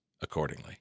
accordingly